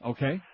Okay